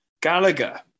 Gallagher